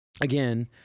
again